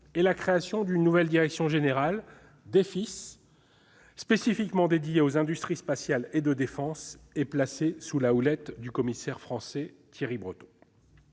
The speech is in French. et la création d'une nouvelle direction générale- Defis -, spécifiquement dédiée aux industries spatiales et de défense, placée sous la houlette du commissaire français, Thierry Breton.